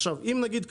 עכשיו נגיד,